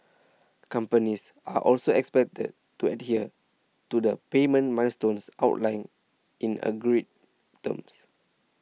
companies are also expected to adhere to the payment milestones outlined in agreed terms